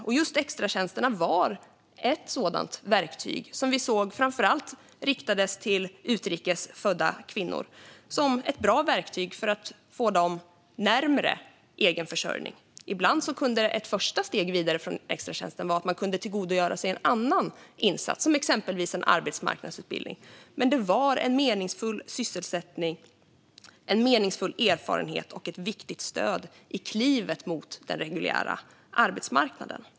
Och just extratjänsterna var ett sådant verktyg som vi såg framför allt riktas till utrikes födda kvinnor som ett bra verktyg för att få dem närmare egenförsörjning. Ibland kunde ett första steg vidare från extratjänsten vara att man kunde tillgodogöra sig en annan insats, exempelvis en arbetsmarknadsutbildning. Men det var en meningsfull sysselsättning, en meningsfull erfarenhet och ett viktigt stöd i klivet mot den reguljära arbetsmarknaden.